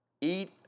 eat